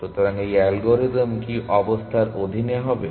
সুতরাং এই অ্যালগরিদম কি অবস্থার অধীনে হবে